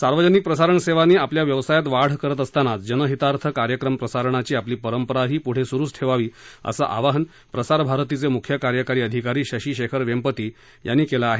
सार्वजनिक प्रसारण सेवांनी आपल्या व्यवसायात वाढ करत असतानाच जनहितार्थ कार्यक्रम प्रसारणाची आपली परंपराही पुढे सुरूच ठेवावी असं आवाहन प्रसार भारतीचे मुख्य कार्यकारी अधिकारी शशी शेखर वेंपती यांनी केलं आहे